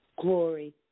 Glory